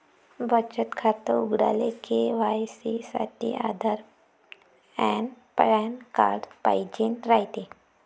बचत खातं उघडाले के.वाय.सी साठी आधार अन पॅन कार्ड पाइजेन रायते